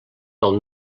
del